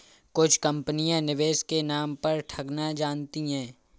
कुछ कंपनियां निवेश के नाम पर ठगना जानती हैं